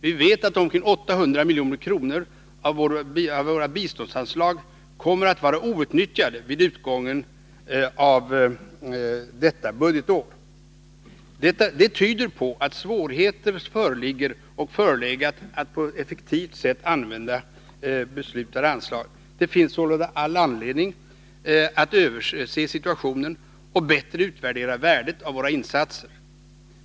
Vi vet att omkring 800 milj.kr. av våra biståndsanslag kommer att vara outnyttjade vid utgången av detta budgetår. Det tyder på att svårigheter har förelegat och föreligger att på ett effektivt sätt använda beslutade anslag. Det finns sålunda all anledning att se över situationen och bättre utvärdera våra insatser.